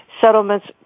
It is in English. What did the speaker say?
Settlements